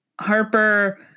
Harper